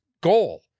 goal